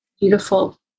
beautiful